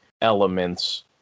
elements